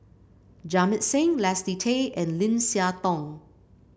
Jamit Singh Leslie Tay and Lim Siah Tong